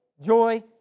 Joy